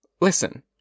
Listen